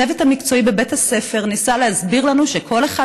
הצוות המקצועי בבית הספר ניסה להסביר לנו שכל אחד